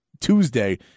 Tuesday